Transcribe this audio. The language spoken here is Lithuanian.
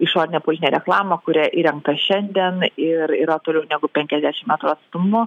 išorinė politinė reklama kuri įrengta šiandien ir yra toliau negu penkiasdešim metrų atstumu